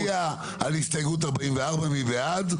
אני מבקש להצביע על הסתייגות 44, מי בעד?